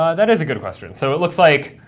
ah that is a good question. so it looks like